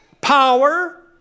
power